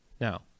now